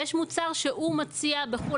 שהוא כבר מציע בחו"ל,